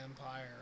empire